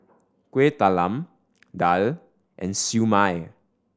Kueh Talam daal and Siew Mai